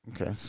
Okay